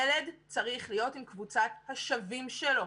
ילד צריך להיות עם קבוצת השווים שלו.